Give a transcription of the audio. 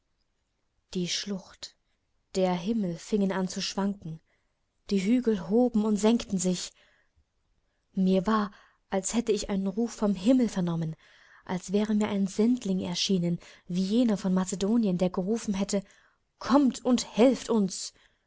die schlucht der himmel fingen an zu schwanken die hügel hoben und senkten sich mir war als hätte ich einen ruf vom himmel vernommen als wäre mir ein sendling erschienen wie jener von macedonien der gerufen hätte kommt und helft uns